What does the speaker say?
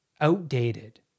outdated